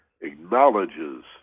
acknowledges